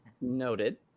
Noted